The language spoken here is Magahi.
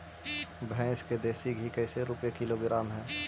भैंस के देसी घी कैसे रूपये किलोग्राम हई?